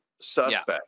suspect